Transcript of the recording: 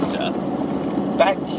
Back